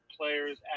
players